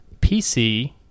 PC